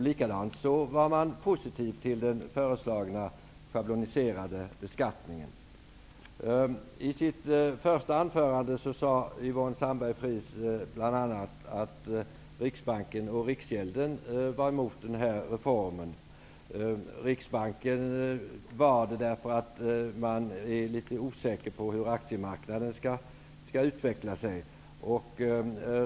Likadant var man positiv till den föreslagna schabloniserade beskattningen. I sitt första anförande sade Yvonne Sandberg-Fries att bl.a. Riksbanken och Riksgäldskontoret var emot reformen. Riksbanken var det därför att man är litet osäker på hur aktiemarknaden skall utveckla sig.